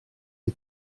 die